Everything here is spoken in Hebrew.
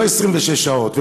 לא 26 שעות,